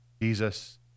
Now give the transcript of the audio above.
Jesus